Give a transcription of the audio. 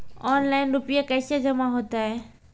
Online रुपये कैसे जमा होता हैं?